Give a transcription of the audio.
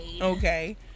Okay